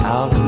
Out